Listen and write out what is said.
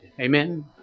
Amen